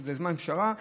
זה זמן פשרה,